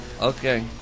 Okay